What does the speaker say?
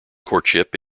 courtship